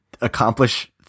accomplish